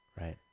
Right